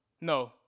No